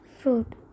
fruit